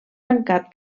tancat